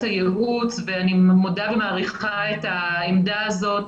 הייעוץ ואני מודה ומעריכה את העמדה הזאת.